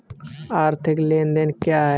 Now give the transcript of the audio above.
आर्थिक लेनदेन क्या है?